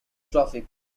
traffic